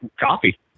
coffee